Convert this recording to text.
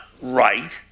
right